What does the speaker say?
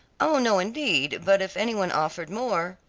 oh, no, indeed, but if any one offered more